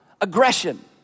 aggression